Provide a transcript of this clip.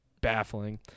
baffling